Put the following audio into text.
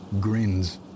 grins